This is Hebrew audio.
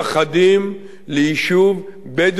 ליישוב בדואי סמוך.